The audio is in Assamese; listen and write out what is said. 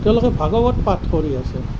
তেওঁলোকে ভাগৱত পাঠ কৰি আছে